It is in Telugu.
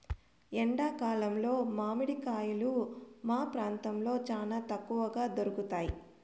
ఎండా కాలంలో మామిడి కాయలు మా ప్రాంతంలో చానా తక్కువగా దొరుకుతయ్